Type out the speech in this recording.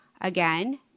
again